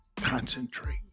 concentrate